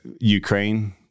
Ukraine